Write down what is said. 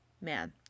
man